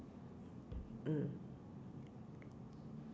mm